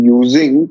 using